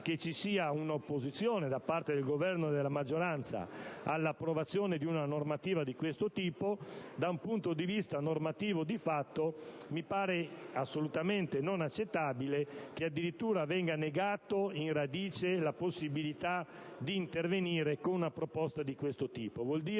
che ci sia un'opposizione da parte del Governo e della maggioranza all'approvazione di una normativa di questo tipo, da un punto di vista normativo, di fatto, mi pare assolutamente non accettabile che addirittura venga negata in radice la possibilità d'intervenire con una proposta di questo tipo: